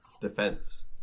Defense